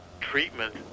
treatment